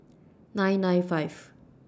nine nine five